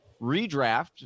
redraft